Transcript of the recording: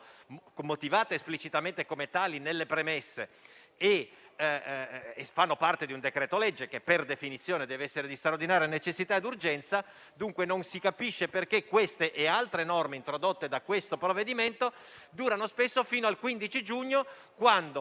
motivate esplicitamente come tali nelle premesse, e fanno parte di un decreto-legge che, per definizione, deve essere di straordinaria necessità ed urgenza. Non si capisce perché queste e altre norme introdotte dal provvedimento durano spesso fino al 15 giugno, quando